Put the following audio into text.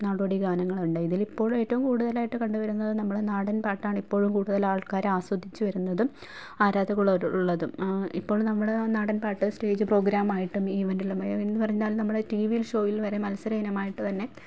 നടോടിഗാനങ്ങളുണ്ട് ഇതിലിപ്പോൾ ഏറ്റവും കൂടുതലായിട്ട് കണ്ടുവരുന്നത് നമ്മളെ നാടന് പാട്ടാണ് ഇപ്പോഴും കൂടുതലാള്ക്കാർ ആസ്വദിച്ചു വരുന്നതും ആരാധകരുള്ളതും ഇപ്പോൾ നമ്മുടെ നാടന്പാട്ട് സ്റ്റേജ് പ്രോഗ്രാമായിട്ടും ഇവൻ്റിലും എന്നു പറഞ്ഞാല് നമ്മുടെ ടീവീ ഷോയിൽ വരെ മത്സര ഇനം ആയിട്ടു തന്നെ